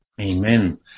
Amen